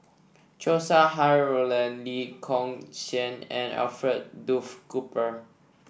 Chow Sau Hai Roland Lee Kong Chian and Alfred Duff Cooper